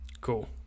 Cool